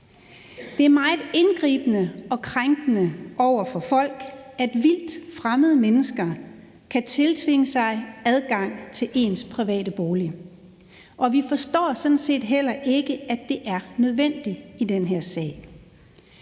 Det er meget indgribende og krænkende for folk, at vildt fremmede mennesker kan tiltvinge sig adgang til ens private bolig, og vi forstår sådan set heller ikke, at det er nødvendigt i den her sag.